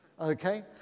okay